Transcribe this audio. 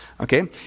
Okay